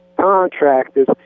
contractors